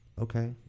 Okay